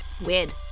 Weird